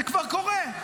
זה כבר קורה.